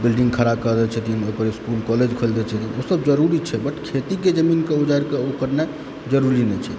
building खड़ा कऽ दय छथिन ओहिपर इस्कूल कॉलेज खोलि दय छथिन ओसभ जरुरी छनि बट खेतीके जमीनके उजाड़िके ओ करनाइ जरुरी नहि छै